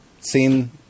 seen